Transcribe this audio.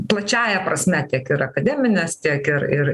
plačiąja prasme tiek ir akademinės tiek ir ir